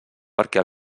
perquè